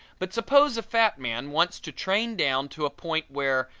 but suppose a fat man wants to train down to a point where,